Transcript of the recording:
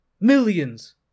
millions